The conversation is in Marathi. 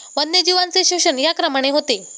वन्यजीवांचे शोषण या क्रमाने होते